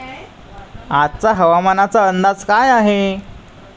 आजचा हवामानाचा अंदाज काय आहे?